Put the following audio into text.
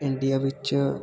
India ਵਿੱਚ